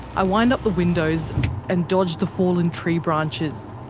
i wind up the windows and dodge the fallen tree branches,